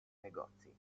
negozi